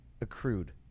accrued